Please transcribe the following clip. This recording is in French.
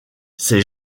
ses